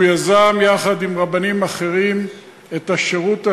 הוא יזם יחד עם רבנים אחרים את השירות הלאומי,